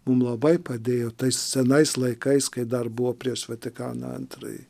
mum labai padėjo tais senais laikais kai dar buvo prieš vatikaną antrąjį